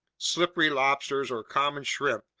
slipper lobsters or common shrimp,